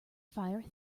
fire